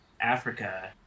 Africa